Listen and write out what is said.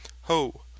Ho